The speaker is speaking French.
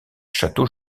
chateau